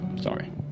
sorry